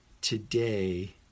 today